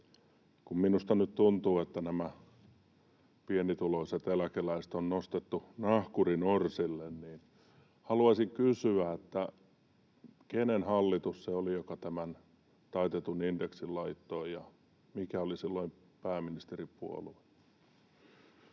Kun minusta nyt tuntuu, että nämä pienituloiset eläkeläiset on nostettu nahkurin orsille, niin haluaisin kysyä: kenen hallitus se oli, joka tämän taitetun indeksin laittoi, ja mikä oli silloin pääministeripuolue?